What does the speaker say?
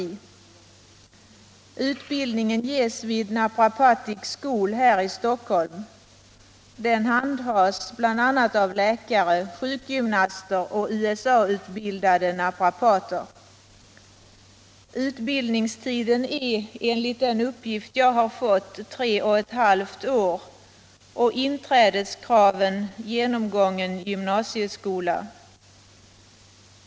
Nr 36 Utbildningen ges vid Naprapathic School här i Stockholm. Den handhas bl.a. av läkare, sjukgymnaster och USA-utbildade naprapater. Utbildningstiden är enligt den uppgift jag har fått tre och ett halvt år och inträdeskraven genomgången gymnasieskola.